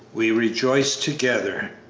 we rejoiced together,